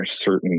certain